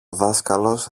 δάσκαλος